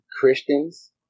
Christians